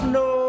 no